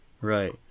Right